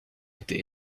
été